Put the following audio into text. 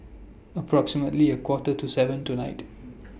approximately A Quarter to seven tonight